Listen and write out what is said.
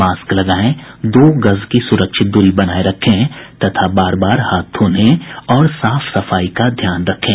mask लगायें दो गज की सुरक्षित दूरी बनाये रखें तथा बार बार हाथ धोने और साफ सफाई का ध्यान रखें